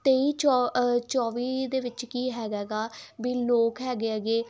ਤੇਈ ਚੋ ਚੌਵੀ ਦੇ ਵਿੱਚ ਕੀ ਹੈਗਾ ਗਾ ਵੀ ਲੋਕ ਹੈਗੇ ਹੈਗੇ